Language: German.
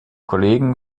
kollegen